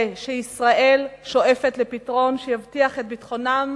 שישראל שואפת לפתרון שיבטיח את ביטחונם